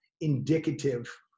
indicative